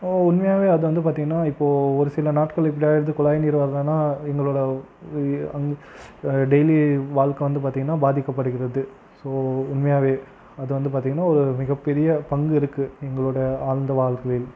உண்மையாகவே அது வந்து பார்த்தீங்கன்னா இப்போ ஒரு சில நாட்கள் இப்படி ஆயிடுது குழாய் நீர் வரலன்னா எங்களோடய டெய்லி வாழ்க்கை வந்து பார்த்தீங்கன்னா பாதிக்கப்படுகிறது ஸோ உண்மையாகவே அது வந்து பார்த்தீங்கன்னா ஒரு மிகப்பெரிய பங்கு இருக்குது எங்களோடய அந்த வாழ்க்கை